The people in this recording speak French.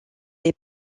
les